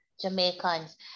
Jamaicans